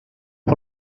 por